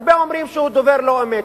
הרבה אומרים שהוא דובר לא-אמת,